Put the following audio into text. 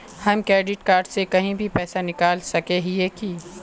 हम credit card से कहीं भी पैसा निकल सके हिये की?